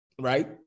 right